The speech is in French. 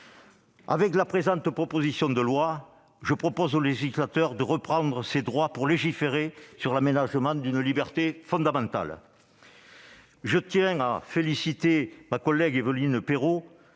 venir. Dans cette proposition de loi, je propose au législateur de reprendre ses droits pour légiférer sur l'aménagement d'une liberté fondamentale. Je tiens à féliciter ma collègue Évelyne Perrot,